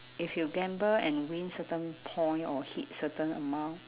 if you gamble and win certain point or hit certain amount